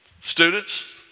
students